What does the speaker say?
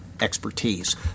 expertise